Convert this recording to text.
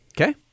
Okay